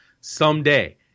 someday